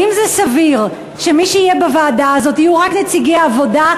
האם זה סביר שבוועדה הזאת יהיו רק נציגי העבודה,